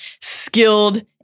skilled